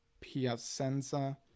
Piacenza